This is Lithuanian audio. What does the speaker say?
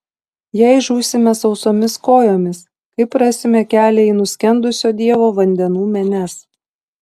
jei žūsime sausomis kojomis kaip rasime kelią į nuskendusio dievo vandenų menes